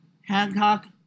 Hancock